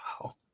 Wow